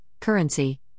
Currency